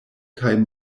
kaj